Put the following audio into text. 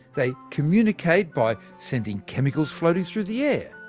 they communicate by sending chemicals floating through the air,